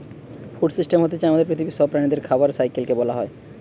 food system হতিছে আমাদের পৃথিবীর সব প্রাণীদের খাবারের সাইকেল কে বোলা হয়